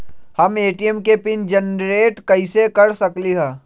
हम ए.टी.एम के pin generate कईसे कर सकली ह?